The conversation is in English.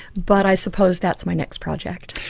but i suppose that's my next project.